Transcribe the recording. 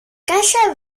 kasia